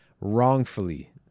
wrongfully